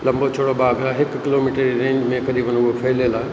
लंबो चौड़ो बाग खां हिकु किलोमीटर की रेंज में क़रीबनि उहो फैलियल आहे